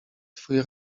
twój